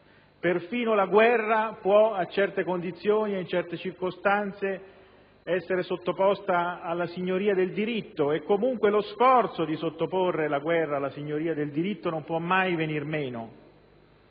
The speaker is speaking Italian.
Perfino la guerra può, a certe condizioni e in certe circostanze, essere sottoposta alla signoria del diritto e comunque lo sforzo di sottoporre la guerra alla signoria del diritto non può mai venir meno,